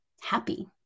happy